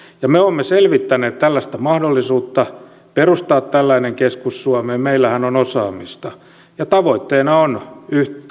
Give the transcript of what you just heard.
ja me olemme selvittäneet mahdollisuutta perustaa tällainen keskus suomeen meillähän on osaamista tavoitteena on